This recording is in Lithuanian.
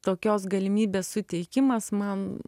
tokios galimybės suteikimas man